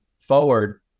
forward